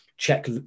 check